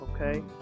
okay